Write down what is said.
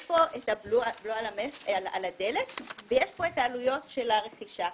יש פה את הבלו על הדלק ויש פה את העלויות של הרכישה.